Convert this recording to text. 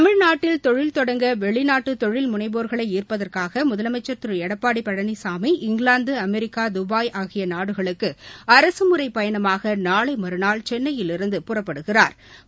தமிழ்நாட்டில் தொழில்தொடங்க வெளிநாட்டு தொழில்முனைவோர்களை ஈர்ப்பதற்காக முதலமைச்ச் Thiru Edappadi Palaniswami England America Dubai ஆகிய நாடுகளுக்கு அரசுமுறை பயணமாக நாளை மறுநாள் சென்னையிலிருந்து புறப்படுகிறாா்